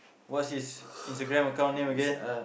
what's his Instagram account name again